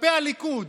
כלפי הליכוד,